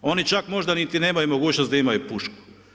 Oni čak možda niti nemaju mogućnosti da imaju pušku.